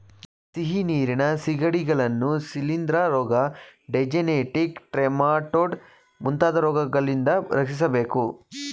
ಸಿಹಿನೀರಿನ ಸಿಗಡಿಗಳನ್ನು ಶಿಲಿಂದ್ರ ರೋಗ, ಡೈಜೆನೆಟಿಕ್ ಟ್ರೆಮಾಟೊಡ್ ಮುಂತಾದ ರೋಗಗಳಿಂದ ರಕ್ಷಿಸಬೇಕು